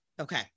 okay